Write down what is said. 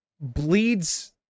bleeds